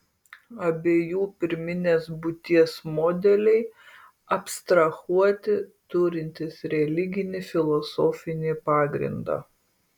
abiejų pirminės būties modeliai abstrahuoti turintys religinį filosofinį pagrindą